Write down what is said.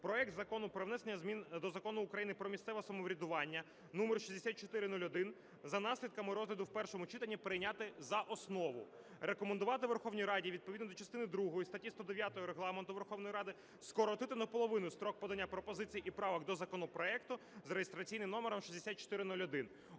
проект Закону про внесення змін до Закону України "Про місцеве самоврядування" (№ 6401) за наслідками розгляду в першому читанні прийняти за основу. Рекомендувати Верховній Раді відповідно до частини другої статті 109 Регламенту Верховної Ради скоротити наполовину строк подання пропозицій і правок до законопроекту за реєстраційним номером 6401.